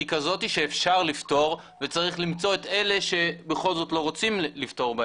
היא כזאת שאפשר לפטור וצריך למצוא את אלה שבכל זאת לא רוצים לפטור.